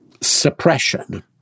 suppression